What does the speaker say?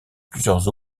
plusieurs